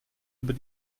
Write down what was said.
über